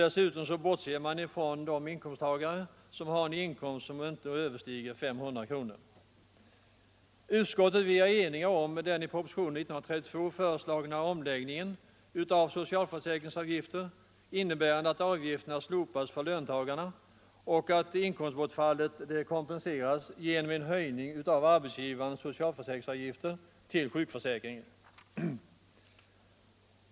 Dessutom bortser man från de inkomsttagare som har en inkomst som inte överstiger 500 kronor. Utskottet är enigt om den i propositionen 132 föreslagna omläggningen av finansieringen av socialförsäkringen innebärande att avgifterna slopas för löntagarna och att inkomstbortfallet kompenseras genom en höjning av arbetsgivarnas socialförsäkringsavgifter till sjukförsäkringen.